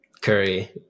curry